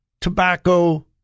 tobacco